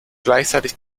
gleichzeitig